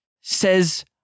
says